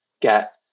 get